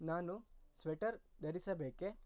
ನಾನು ಸ್ವೆಟರ್ ಧರಿಸಬೇಕೆ